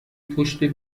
پشت